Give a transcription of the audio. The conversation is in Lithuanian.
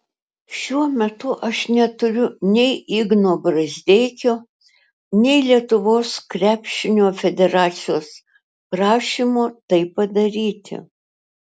šiuo metu aš neturiu nei igno brazdeikio nei lietuvos krepšinio federacijos prašymo tai padaryti